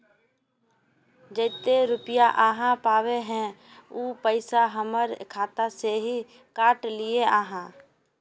जयते रुपया आहाँ पाबे है उ पैसा हमर खाता से हि काट लिये आहाँ?